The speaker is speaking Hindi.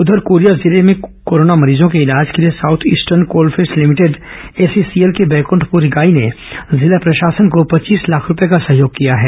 उधर कोरिया जिले में कोरोना मरीजों के इलाज के लिए south eastern coalfields limited SECL की बैकृण्ठप्र इकाई ने जिला प्रशासन को पच्चीस लाख रूपये का सहयोग किया है